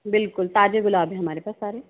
बिल्कुल ताजे गुलाब है हमारे पास सारे